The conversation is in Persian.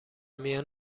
میان